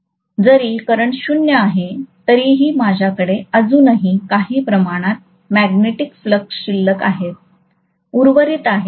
जरी करंट 0 आहे तरीही माझ्याकडे अजूनही काही प्रमाणात मॅग्नेटिक फ्लक्स शिल्लक आहेत उर्वरित आहे